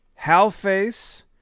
Halface